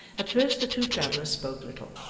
at first the two travellers spoke little,